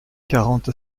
quarante